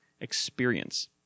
experience